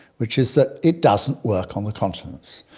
which is that it doesn't work on the continents.